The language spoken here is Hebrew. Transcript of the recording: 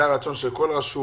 זה הרצון של כל רשות.